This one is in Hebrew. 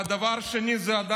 והדבר השני, אוי.